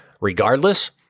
regardless